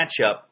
matchup